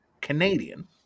Canadian